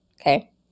okay